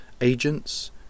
agents